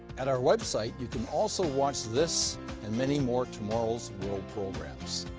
at our website you can also watch this and many more tomorrow's world programs.